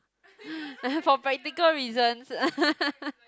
for practical reasons